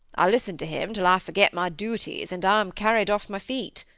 i listen to him till i forget my duties, and am carried off my feet.